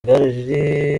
igare